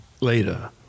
later